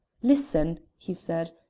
listen, he said,